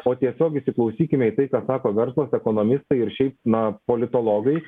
o tiesiog įsiklausykime į tai ką sako verslas ekonomistai ir šiaip na politologai